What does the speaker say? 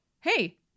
hey